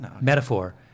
metaphor